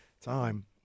time